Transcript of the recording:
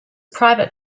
private